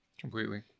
Completely